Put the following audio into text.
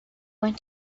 went